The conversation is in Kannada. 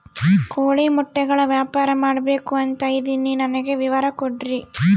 ಕೋಳಿ ಮೊಟ್ಟೆಗಳ ವ್ಯಾಪಾರ ಮಾಡ್ಬೇಕು ಅಂತ ಇದಿನಿ ನನಗೆ ವಿವರ ಕೊಡ್ರಿ?